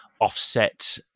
offset